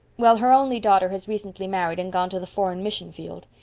well, her only daughter has recently married and gone to the foreign mission field.